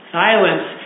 silence